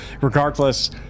Regardless